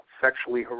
sexually